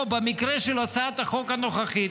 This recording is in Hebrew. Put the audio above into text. או במקרה של הצעת החוק הנוכחית,